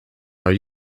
are